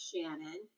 Shannon